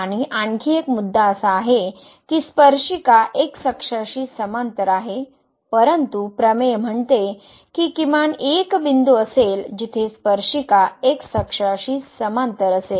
आणि आणखी एक मुद्दा असा आहे की स्पर्शिका एक्स अक्षांशी समांतर आहे परंतु प्रमेय म्हणते की किमान एक बिंदू असेल जेथे स्पर्शिका एक्स अक्षांशी समांतर असेल